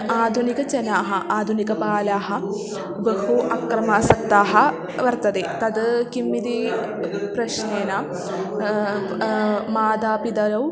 आधुनिकजनाः आधुनिकबालाः बहु अक्रमासक्ताः वर्तन्ते तद् किम् इति प्रश्नेन मातापितरौ